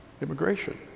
Immigration